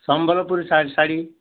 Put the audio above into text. ସମ୍ବଲପୁରୀ ସାଢ଼ ଶାଢ଼ୀ